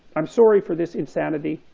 i'm sorry for this insanity,